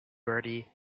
bertie